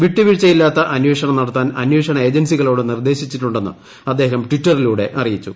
വിട്ടുവീഴ്ചയില്ലാത്ത അന്വേഷണം നടത്താൻ അന്വേഷണ ഏജൻസികളോട് നിർദ്ദേശിച്ചിട്ടുണ്ടെന്ന് അദ്ദേഹം ട്വിറ്ററിലൂടെ അറിയിച്ചു